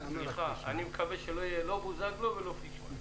סליחה, אני מקווה שלא יהיה לא בוזגלו ולא פישמן.